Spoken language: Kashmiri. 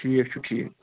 ٹھیٖک چھُ ٹھیٖک